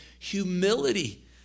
humility